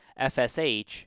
FSH